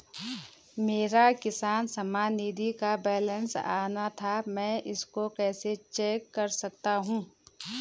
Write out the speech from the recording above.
मेरा किसान सम्मान निधि का बैलेंस आना था मैं इसको कैसे चेक कर सकता हूँ?